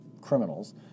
criminals